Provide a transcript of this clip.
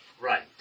Right